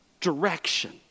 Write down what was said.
direction